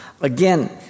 again